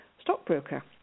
stockbroker